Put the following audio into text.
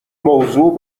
موضوع